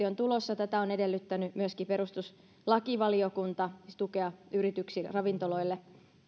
on tulossa tätä on edellyttänyt myöskin perustuslakivaliokunta siis tukea ravintoloille